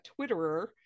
twitterer